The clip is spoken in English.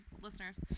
listeners